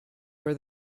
were